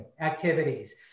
activities